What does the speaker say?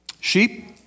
Sheep